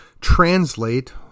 translate